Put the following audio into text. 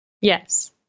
Yes